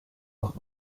auch